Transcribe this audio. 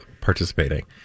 participating